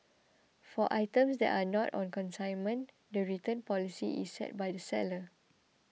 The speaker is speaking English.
for items that are not on consignment the return policy is set by the seller